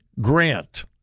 Grant